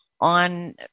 on